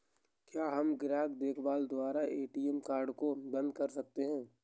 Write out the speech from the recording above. क्या हम ग्राहक देखभाल द्वारा ए.टी.एम कार्ड को बंद करा सकते हैं?